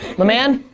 my man.